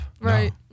Right